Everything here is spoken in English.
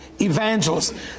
evangelists